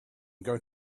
going